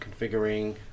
configuring